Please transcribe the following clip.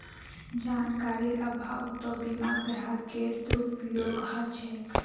जानकारीर अभाउतो बीमा ग्राहकेर दुरुपयोग ह छेक